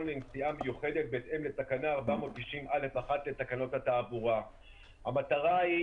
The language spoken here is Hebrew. לנסיעה מיוחדת בהתאם לתקנה 490(א)(1) לתקנות התעבורה";" המטרה היא